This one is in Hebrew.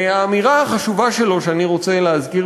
האמירה החשובה שלו שאני רוצה להזכיר